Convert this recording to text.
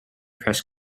press